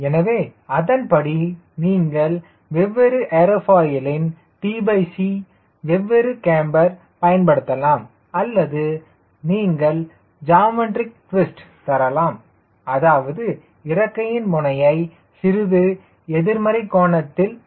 எனவே அதன்படி நீங்கள் வெவ்வேறு ஏரோஃபாயிலின் tc வெவ்வேறு கேம்பர் பயன்படுத்தலாம் அல்லது நீங்கள் ஜாமென்ட்ரிக் டுவேஸ்ட் தரலாம் அதாவது இறக்கையின் முனையை சிறிது எதிர்மறை கோணத்தில் வைக்கலாம்